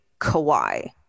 Kawhi